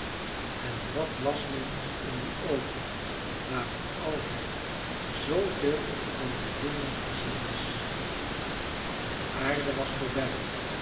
en wat las men in die oogen waarin altijd zooveel van dien hemel te zien was de aarde was voorbij